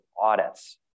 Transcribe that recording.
audits